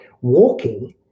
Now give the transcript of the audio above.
walking